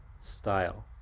style